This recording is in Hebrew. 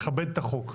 אני מכבד את החוק.